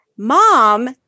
mom